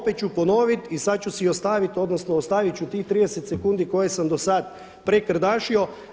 Opet ću ponoviti i sad ću si ostaviti, odnosno ostavit ću tih 30 sekundi koje sam do sad prekrdašio.